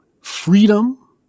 freedom